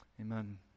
Amen